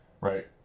right